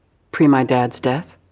pre my dad's death.